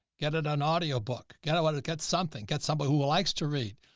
get it on audio book, got out of it, get something, get somebody who likes to read,